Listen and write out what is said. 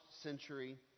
century